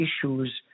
issues